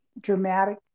dramatic